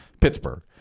Pittsburgh